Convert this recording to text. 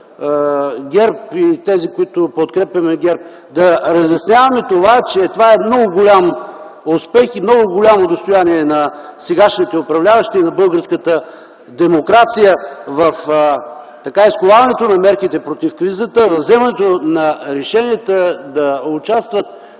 ГЕРБ и тези, които подкрепяме ГЕРБ, да разясняваме, че това е много голям успех и много голямо достояние на сегашните управляващи и на българската демокрация в изковаването на мерките против кризата, във вземането на решенията да участват